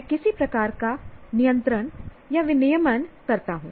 मैं किसी प्रकार का नियंत्रण या विनियमन करता हूं